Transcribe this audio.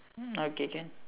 hmm okay can